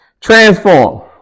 Transform